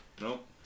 Nope